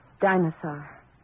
dinosaur